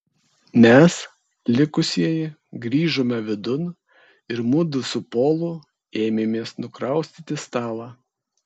mes likusieji grįžome vidun ir mudu su polu ėmėmės nukraustyti stalą